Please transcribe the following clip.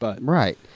Right